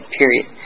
period